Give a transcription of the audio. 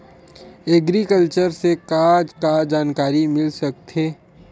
Agriculture से का का जानकारी मिल सकत हे?